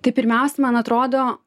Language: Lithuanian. tai pirmiausia man atrodo